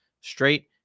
straight